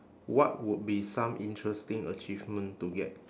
what would be some interesting achievement to get